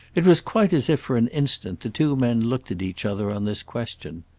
it was quite as if for an instant the two men looked at each other on this question.